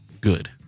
good